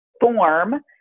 form